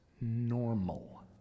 normal